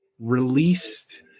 released